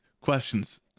questions